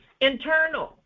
Internal